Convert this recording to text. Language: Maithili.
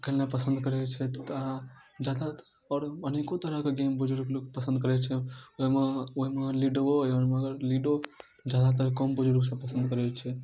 खेलनाइ पसन्द करैत छथि तऽ जखन आओर अनेको तरह कऽ गेम बुजुर्ग लोक पसन्द करैत छै ओहिमे ओहिमे लुडोओ यऽ ओहिमे अगर लूडो जादातर कम बुजुर्ग सब पसन्द करैत छथि